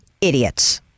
idiots